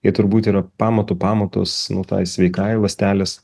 jie turbūt yra pamatų pamatas nu tai sveikai ląstelės